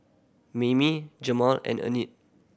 Mammie Jamaal and Enid